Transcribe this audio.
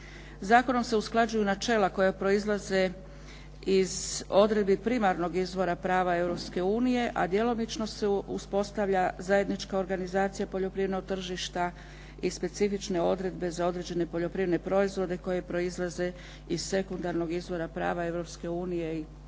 Zakonom se usklađuju načela koja proizlaze iz odredbi primarnog izvora prava Europske unije, a djelomično se uspostavlja zajednička organizacija poljoprivrednog tržišta i specifične odredbe za određene poljoprivredne proizvode koji proizlaze iz sekundarnog izvora prava Europske